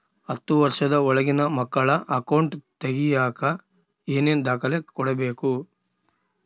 ಹತ್ತುವಷ೯ದ ಒಳಗಿನ ಮಕ್ಕಳ ಅಕೌಂಟ್ ತಗಿಯಾಕ ಏನೇನು ದಾಖಲೆ ಕೊಡಬೇಕು?